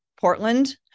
Portland